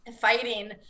fighting